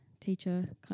teacher